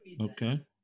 okay